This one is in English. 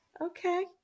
Okay